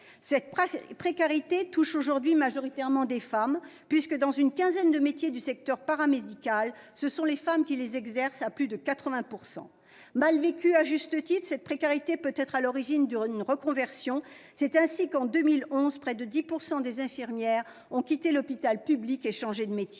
Cette précarité touche aujourd'hui majoritairement des femmes, puisqu'une quinzaine de métiers du secteur paramédical sont exercés à plus de 80 % par des femmes. Mal vécue à juste titre, cette précarité peut être à l'origine d'une reconversion. C'est ainsi que, en 2011, près de 10 % des infirmières ont quitté l'hôpital public et changé de métier.